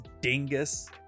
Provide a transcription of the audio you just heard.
Dingus